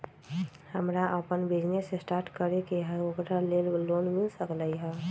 हमरा अपन business start करे के है ओकरा लेल लोन मिल सकलक ह?